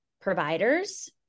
providers